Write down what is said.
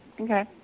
Okay